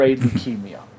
leukemia